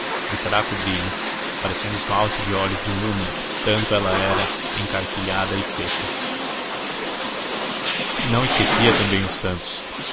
de fraco brilho parecendo esmalte de olhos de múmia tanto ela era encarquilhada e seca não esquecia também os santos